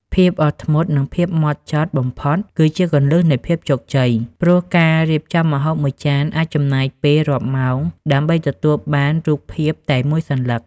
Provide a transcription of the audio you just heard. ភាពអត់ធ្មត់ និងភាពហ្មត់ចត់បំផុតគឺជាគន្លឹះនៃភាពជោគជ័យ ព្រោះការរៀបចំម្ហូបមួយចានអាចចំណាយពេលរាប់ម៉ោងដើម្បីទទួលបានរូបភាពតែមួយសន្លឹក។